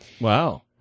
Wow